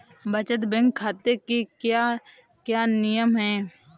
बचत बैंक खाते के क्या क्या नियम हैं?